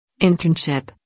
Internship